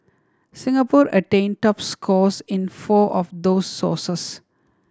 Singapore attained top scores in four of those sources